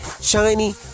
shiny